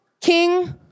King